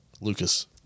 Lucas